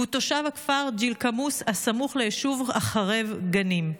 והוא תושב הכפר ג'לקמוס, הסמוך ליישוב החרב גנים.